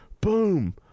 boom